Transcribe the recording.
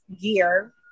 gear